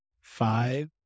Five